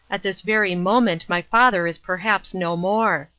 at this very moment my father is perhaps no more!